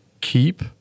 keep